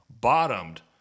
bottomed